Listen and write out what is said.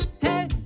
hey